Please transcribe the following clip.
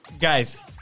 guys